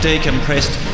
decompressed